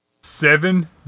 Seven